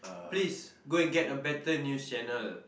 please go and get a better news channel